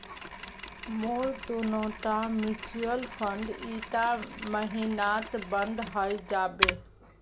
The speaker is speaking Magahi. मोर दोनोटा म्यूचुअल फंड ईटा महिनात बंद हइ जाबे